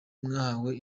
mwahawe